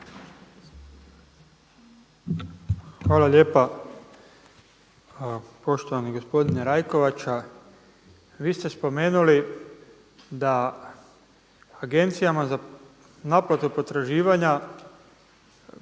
Hvala lijepa. Poštovani gospodine Rajkovača, vi ste spomenuli da Agencijama za naplatu potraživanja